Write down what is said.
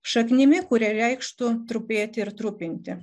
šaknimi kuri reikštų trupėti ir trupinti